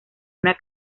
una